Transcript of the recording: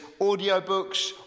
audiobooks